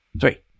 Three